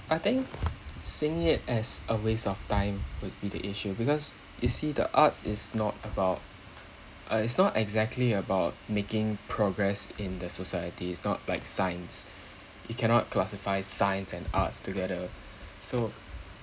I think seeing it as a waste of time would be the issue because you see the arts is not about uh it's not exactly about making progress in the society it's not like science you cannot classify science and arts together so